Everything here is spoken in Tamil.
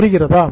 புரிகிறதா